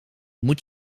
moet